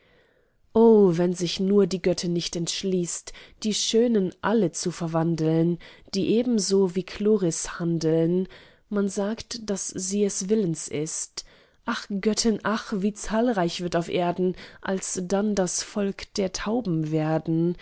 o wenn sich nur die göttin nicht entschließt die schönen alle zu verwandeln die ebenso wie chloris handeln man sagt daß sie es willens ist ach göttin ach wie zahlreich wird auf erden alsdann das volk der tauben werden